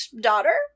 daughter